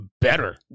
better